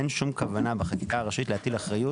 אין שום כוונה בחקיקה הראשית להטיל אחריות